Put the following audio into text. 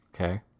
Okay